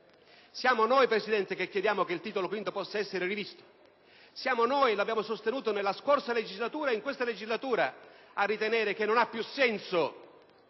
signora Presidente, che chiediamo che il Titolo V possa essere rivisto. Siamo noi - l'abbiamo sostenuto nella scorsa e in questa legislatura - a ritenere che non ha più senso